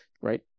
right